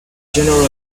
generally